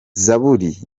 zaburi